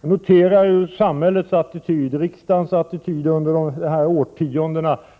Jag noterar hur samhällets attityd och riksdagens attityd